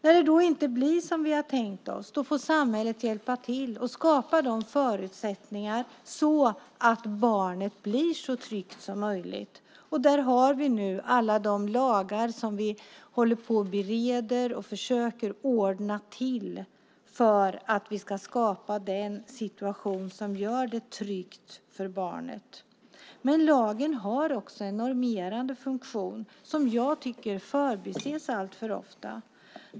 När det inte blir så som vi har tänkt oss får samhället hjälpa till och skapa förutsättningar för att barnet ska bli så tryggt som möjligt. Där har vi nu alla de lagar som vi håller på att bereda och som vi försöker ordna till så att vi skapar en situation som gör det tryggt för barnet. Men lagen har också en normerande funktion som jag tycker alltför ofta förbises.